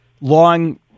long